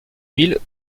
mille